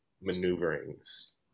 maneuverings